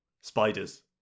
Spiders